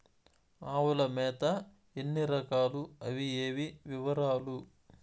ఆవుల మేత ఎన్ని రకాలు? అవి ఏవి? వివరాలు?